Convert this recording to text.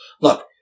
Look